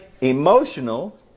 emotional